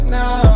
now